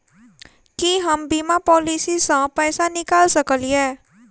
की हम बीमा पॉलिसी सऽ पैसा निकाल सकलिये?